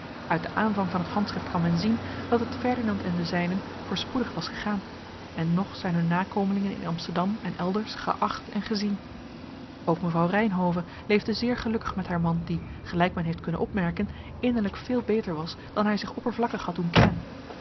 uit den aanvang van het handschrift kan men zien dat het ferdinand en den zijnen voorspoedig was gegaan en nog zijn hun nakomelingen in amsterdam en elders geacht en gezien ook mevrouw reynhove leefde zeer gelukkig met haar man die gelijk men heeft kunnen opmerken innerlijk veel beter was dan hij zich oppervlakkig had doen kennen